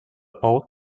all